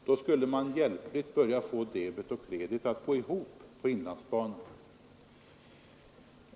Då skulle man hjälpligt kunna få debet och kredit att gå ihop på inlandsbanan.